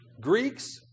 Greeks